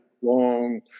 long